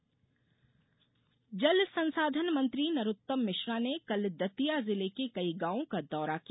किसान राहत जल संसाधन मंत्री नरोत्तम मिश्रा ने कल दतिया जिले के कई गॉवों का दौरा किया